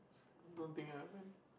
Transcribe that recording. don't think I have eh